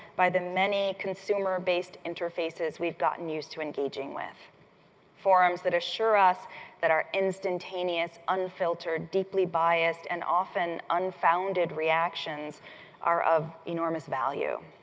by the many consumer-based interfaces we've gotten used to engaging with forums that assure us that our instantaneous, unfiltered, deeply-biased, and often unfounded reactions are of enormous value.